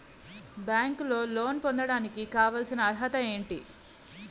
బ్యాంకులో లోన్ పొందడానికి కావాల్సిన అర్హత ఏంటి?